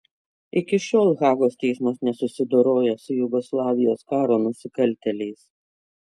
iki šiol hagos teismas nesusidoroja su jugoslavijos karo nusikaltėliais